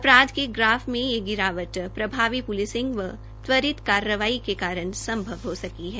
अपराध के ग्राफ में यह गिरावट प्रभावी प्लिसिंग व त्वरित कार्रवाई के कारण संभव हो सकी है